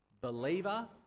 believer